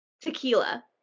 Tequila